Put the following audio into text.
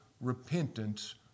repentance